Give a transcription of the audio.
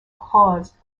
caused